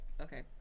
okay